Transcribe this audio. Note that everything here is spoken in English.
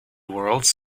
worlds